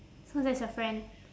so that's your friend